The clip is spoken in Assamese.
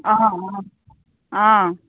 অঁ অঁ অঁ